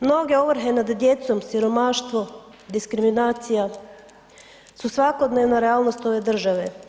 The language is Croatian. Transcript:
Mnoge ovrhe nad djecom, siromaštvo, diskriminacija su svakodnevna realnost ove države.